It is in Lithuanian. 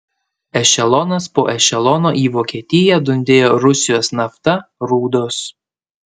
ešelonas po ešelono į vokietiją dundėjo rusijos nafta rūdos